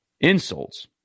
insults